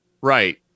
Right